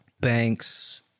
Banks